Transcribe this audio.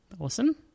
Awesome